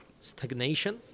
stagnation